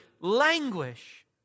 languish